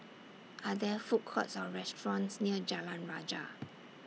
Are There Food Courts Or restaurants near Jalan Rajah